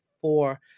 four